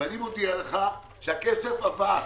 מודיע לך שהכסף עבר.